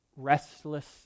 Restless